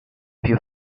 più